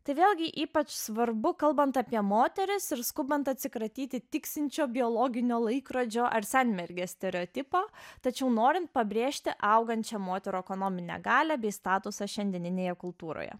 tai vėlgi ypač svarbu kalbant apie moteris ir skubant atsikratyti tiksinčio biologinio laikrodžio ar senmergės stereotipo tačiau norint pabrėžti augančią moterų ekonominę galią bei statusą šiandieninėje kultūroje